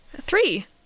three